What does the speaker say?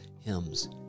Hymns